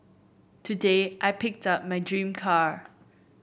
today I picked up my dream car